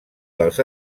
dels